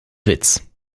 witz